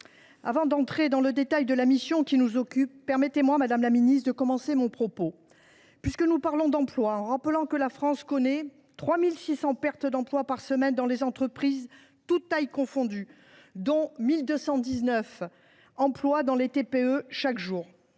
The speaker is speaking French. avant d’entrer dans le détail de la mission qui nous occupe, permettez moi de commencer mon propos, puisque nous parlons d’emploi, en rappelant que la France connaît 3 600 pertes d’emplois par semaine dans les entreprises, toutes tailles confondues, dont 1 219 dans les très petites